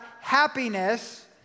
happiness